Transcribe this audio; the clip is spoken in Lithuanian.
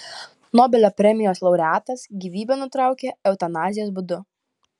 nobelio premijos laureatas gyvybę nutraukė eutanazijos būdu